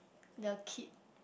the kid